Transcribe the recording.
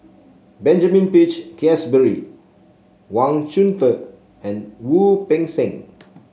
Benjamin Peach Keasberry Wang Chunde and Wu Peng Seng